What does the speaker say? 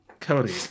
Cody